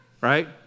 Right